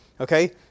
Okay